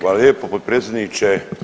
Hvala lijepo potpredsjedniče.